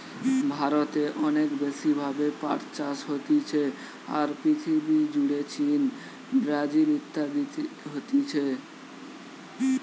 ভারতে অনেক বেশি ভাবে পাট চাষ হতিছে, আর পৃথিবী জুড়ে চীন, ব্রাজিল ইত্যাদিতে হতিছে